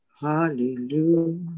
Hallelujah